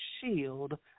shield